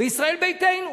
וישראל ביתנו.